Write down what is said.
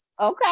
okay